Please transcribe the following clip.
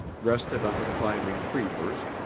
rested on the climbing creepers,